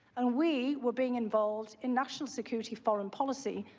ah we were being involved in national security foreign policy.